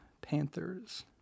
Panthers